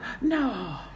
No